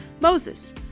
Moses